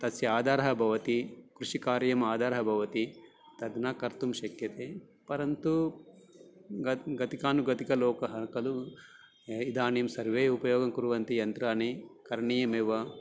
तस्य आधारः भवति कृषिकार्यम् आधारः भवति तद् न कर्तुं शक्यते परन्तु गत् गतिकानुगतिको लोकः खलु इदानीं सर्वे उपयोगं कुर्वन्ति यन्त्राणि करणीयमेव